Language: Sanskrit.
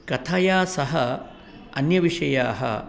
कथया सह अन्यविषयाः